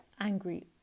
angry